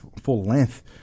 full-length